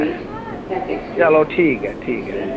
चलो ठीक ऐ ठीक ऐ भी